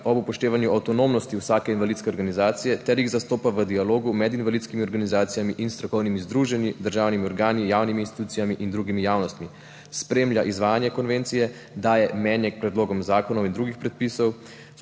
ob upoštevanju avtonomnosti vsake invalidske organizacije ter jih zastopa v dialogu med invalidskimi organizacijami in strokovnimi združenji, državnimi organi, javnimi institucijami in drugimi javnostmi, spremlja izvajanje konvencije, daje mnenje k predlogom zakonov in drugih predpisov,